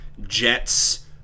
Jets